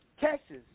Texas